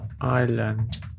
island